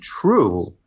true